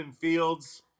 fields